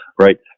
Right